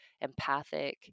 empathic